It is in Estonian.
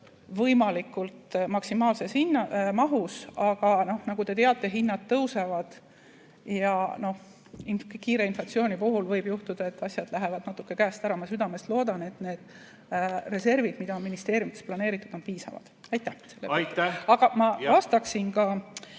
võimalikult maksimaalses mahus. Aga nagu te teate, hinnad tõusevad ja kiire inflatsiooni puhul võib juhtuda, et asjad lähevad natuke käest ära. Ma südamest loodan, et need reservid, mida ministeeriumides planeeriti, on piisavad. Ma vastaksin ka